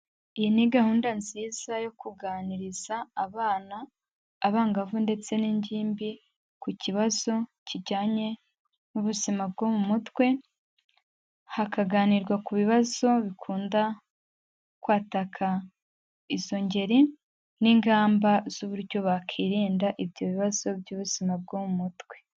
Iyi ni gahunda nziza yo kuganiriza abana, abangavu ndetse n'ingimbi ku kibazo kijyanye n'ubuzima bwo mu mutwe, hakaganirwa ku bibazo bikunda kwataka izo ngeri n'ingamba z'uburyo bakwirinda ibyo bibazo by'ubuzima bwo mu mutwe.